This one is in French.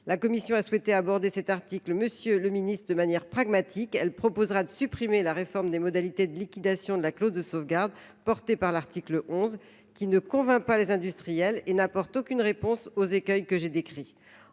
La commission a souhaité aborder cet article de manière pragmatique. Elle proposera de supprimer la réforme des modalités de liquidation de la clause de sauvegarde prévue par l’article 11. En effet, elle ne convainc pas les industriels et n’apporte aucune réponse aux écueils que j’ai décrits.